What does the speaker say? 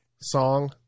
song